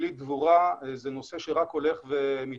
אנגלית דבורה, זה נושא שרק הולך ומתפתח.